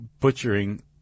butchering